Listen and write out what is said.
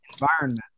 environment